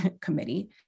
committee